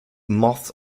moths